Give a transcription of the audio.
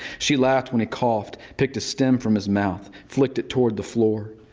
she laughed when he coughed, picked a stem from his mouth, flicked it toward the floor.